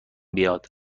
بیاد